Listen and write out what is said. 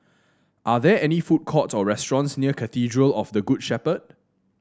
are there any food courts or restaurants near Cathedral of the Good Shepherd